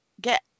get